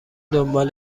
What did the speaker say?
دنبال